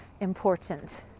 important